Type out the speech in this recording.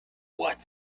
what